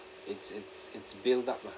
it's it's it's build up lah